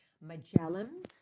Magellan